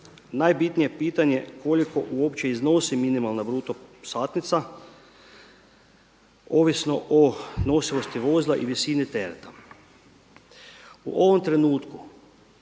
Najbitnije je pitanje koliko uopće iznosi minimalna bruto satnica ovisno o nosivosti vozila i visine tereta. U ovom trenutku